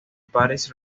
paris